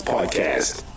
Podcast